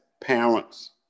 parents